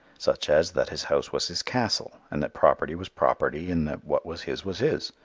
such as that his house was his castle, and that property was property and that what was his was his.